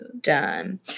Done